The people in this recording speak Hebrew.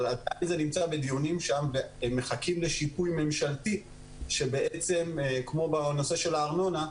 אבל עדיין זה בדיונים שם והם מחכים לשיפוי ממשלתי כמו בנושא הארנונה,